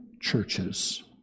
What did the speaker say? churches